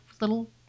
little